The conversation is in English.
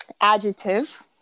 adjective